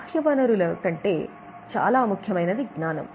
బాహ్య వనరుల కంటే చాలా ముఖ్యమైనది జ్ఞానం